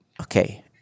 Okay